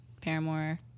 Paramore